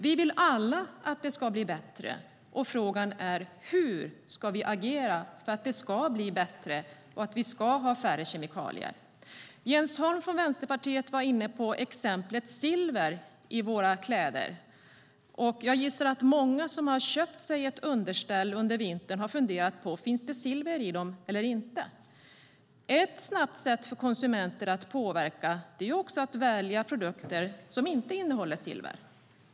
Vi vill alla att det ska bli bättre, och frågan är: Hur ska vi agera för att det ska bli bättre och för att vi ska ha färre kemikalier? Jens Holm tog upp exemplet om silver i våra kläder. Jag gissar att många som köpte sig ett underställ under vintern funderade på om det finns silver i eller inte. Ett snabbt sätt för konsumenter att påverka är att välja produkter som inte innehåller silver.